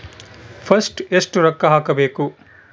First ಎಷ್ಟು ರೊಕ್ಕ ಹಾಕಬೇಕು?